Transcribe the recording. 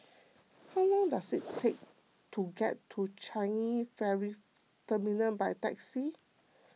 how long does it take to get to Changi Ferry Terminal by taxi